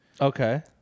Okay